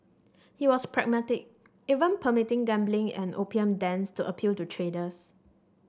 he was pragmatic even permitting gambling and opium dens to appeal to traders